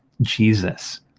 Jesus